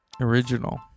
original